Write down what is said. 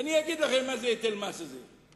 אז אני אגיד לכם מה זה היטל המס הזה.